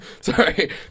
Sorry